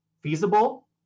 feasible